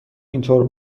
اینطور